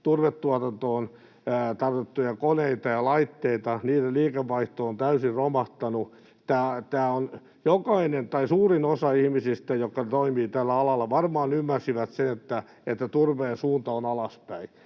turvetuotantoon tarkoitettuja koneita ja laitteita, liikevaihto on täysin romahtanut. Suurin osa ihmisistä, jotka toimivat tällä alalla, varmaan ymmärsi sen, että turpeen suunta on alaspäin,